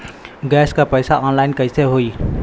Gas क पैसा online कइसे होई?